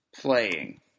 playing